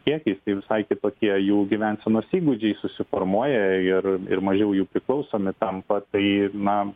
kiekiais tai visai kitokie jų gyvensenos įgūdžiai susiformuoja ir ir mažiau jų priklausomi tampa tai na